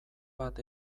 bat